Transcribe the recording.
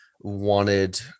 wanted